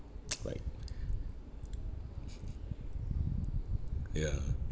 like ya